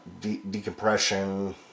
decompression